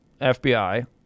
FBI